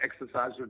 exercise